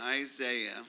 Isaiah